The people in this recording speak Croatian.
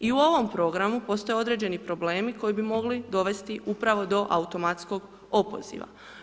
I u ovom programu, postoje određeni problemi koji bi mogli dovesti upravo do automatskog opoziva.